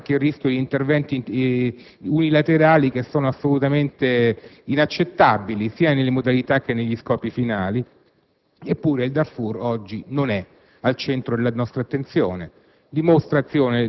da cui deriva il rischio di interventi unilaterali che sono assolutamente inaccettabili, sia nelle modalità che negli scopi finali. Eppure, il Darfur oggi non è al centro della nostra attenzione,